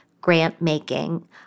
grant-making